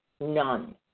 none